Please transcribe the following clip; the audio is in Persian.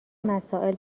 مسائل